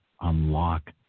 unlock